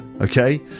okay